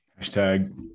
Hashtag